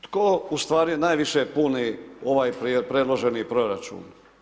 Tko ustvari najviše puni ovaj predloženi proračun?